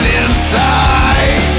inside